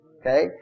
Okay